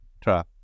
Try